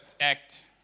act